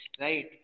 right